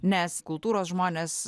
nes kultūros žmonės